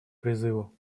призыву